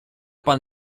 pan